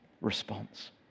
response